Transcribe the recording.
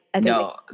No